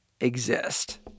exist